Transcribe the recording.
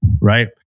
right